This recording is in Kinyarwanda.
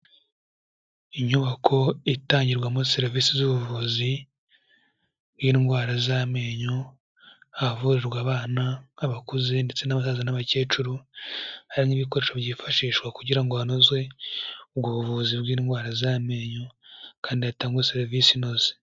Inyubako itangirwamo serivisi z'ubuvuzi bw'indwara z'amenyo, ahavurirwa abana, abakuze ndetse n'abasaza n'abakecuru, hari n'ibikoresho byifashishwa kugira ngo hanozwe ubwo buvuzi bw'indwara z'amenyo kandi hatangwe serivisi inoze.